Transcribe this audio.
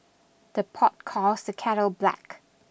the pot calls the kettle black